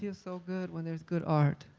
yeah so good when there's good art.